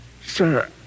Sir